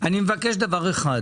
אני מבקש דבר אחד,